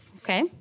okay